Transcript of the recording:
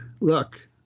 Look